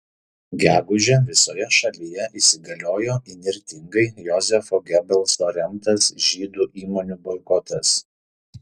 gegužę visoje šalyje įsigaliojo įnirtingai jozefo gebelso remtas žydų įmonių boikotas